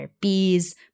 bees